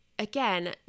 Again